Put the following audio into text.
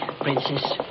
Princess